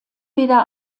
weder